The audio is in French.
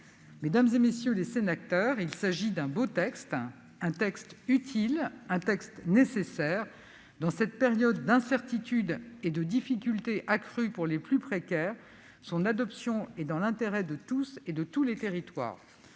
Mesdames, messieurs les sénateurs, il s'agit d'un beau texte, utile et nécessaire. Dans cette période d'incertitude et de difficultés accrues pour les plus précaires, son adoption est dans l'intérêt de tous et de tous les territoires.